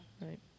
Right